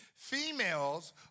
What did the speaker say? Females